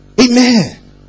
Amen